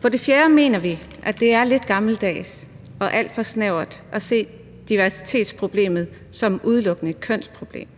For det fjerde mener vi, det er lidt gammeldags og alt for snævert at se diversitetsproblemet som udelukkende et kønsproblem.